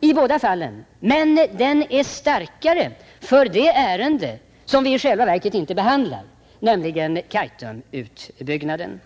i båda fallen, men den är starkare för det ärende som vi i själva verket inte behandlar, nämligen Kaitumutbyggnaden.